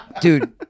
Dude